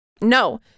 No